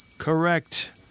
Correct